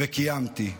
וקיימתי.